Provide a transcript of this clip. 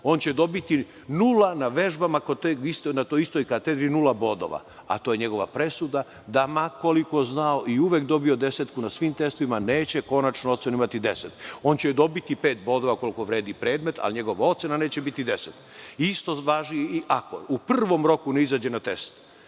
On će dobiti nula na vežbama na toj istoj katedri, nula bodova. To je njegova presuda da ma koliko znao i uvek dobio desetku na svim testovima neće konačnu ocenu imati deset. On će dobiti pet bodova, koliko vredi predmet, ali njegova ocena neće biti deset. Isto važi i ako u prvom roku ne izađe na test